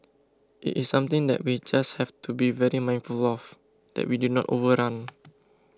it is something that we just have to be very mindful of that we do not overrun